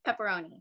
pepperoni